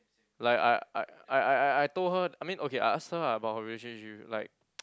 like I I I I I I told her I mean okay I asked her ah about her relationship like